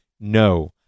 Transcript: No